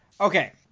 Okay